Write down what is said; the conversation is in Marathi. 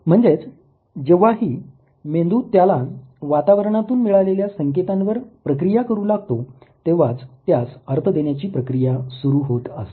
म्हणजेच जेव्हाही मेंदू त्याला वातावरणातून मिळालेल्या संकेतांवर प्रक्रिया करू लागतो तेव्हाच त्यास अर्थ देण्याची प्रक्रिया सुरु होत असते